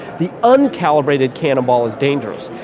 the uncalibrated cannonball is dangerous,